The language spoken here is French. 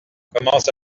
commence